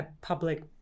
public